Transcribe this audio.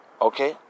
Okay